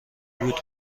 بود